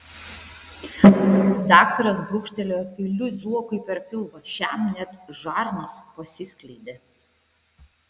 daktaras brūkštelėjo peiliu zuokui per pilvą šiam net žarnos pasiskleidė